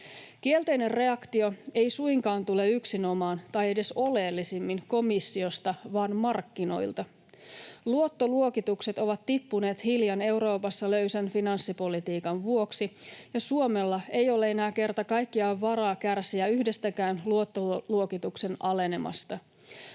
Kielteinen reaktio ei suinkaan tule yksinomaan tai edes oleellisimmin komissiosta vaan markkinoilta. Luottoluokitukset ovat tippuneet hiljan Euroopassa löysän finanssipolitiikan vuoksi. Suomella ei ole enää kerta kaikkiaan varaa kärsiä yhdestäkään luottoluokituksen alenemasta.